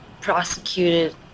prosecuted